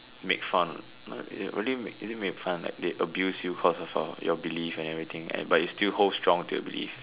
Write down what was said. make fun not really is it make fun like they abuse you because of your belief and everything but you still hold strong to your belief